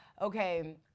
okay